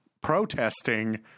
protesting